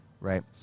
right